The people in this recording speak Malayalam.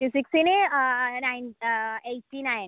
ഫിസിക്സിന് നയൻ എയ്റ്റി നയൻ